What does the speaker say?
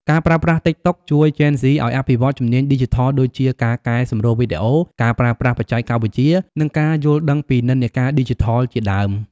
ការប្រើប្រាស់តិកតុកជួយជេនហ្ស៊ីឱ្យអភិវឌ្ឍជំនាញឌីជីថលដូចជា ការកែសម្រួលវីដេអូ ការប្រើប្រាស់បច្ចេកវិទ្យា និងការយល់ដឹងពីនិន្នាការឌីជីថលជាដើម។